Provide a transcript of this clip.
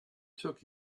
took